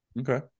okay